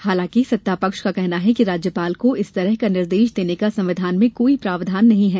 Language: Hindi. हालांकि सत्तापक्ष का कहना है कि राज्यपाल को इस तरह का निर्देश देने का संविधान में कोई प्रावधान नहीं है